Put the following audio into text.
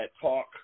talk